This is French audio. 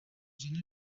zone